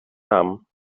namen